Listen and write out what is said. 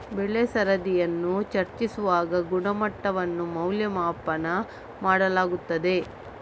ಬೆಳೆ ಸರದಿಯನ್ನು ಚರ್ಚಿಸುವಾಗ ಗುಣಮಟ್ಟವನ್ನು ಮೌಲ್ಯಮಾಪನ ಮಾಡಲಾಗುತ್ತದೆ